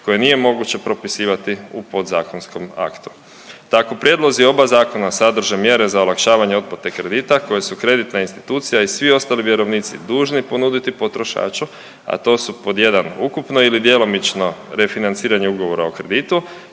koje nije moguće propisivati u podzakonskom aktu. Tako prijedlozi oba zakona sadrže mjere za olakšavanje otplate kredita koje su kreditna institucija i svi ostali vjerovnici dužni ponuditi potrošaču, a to su pod 1 ukupno ili djelomično refinanciranje ugovora o kreditu